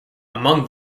among